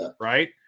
right